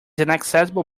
inaccessible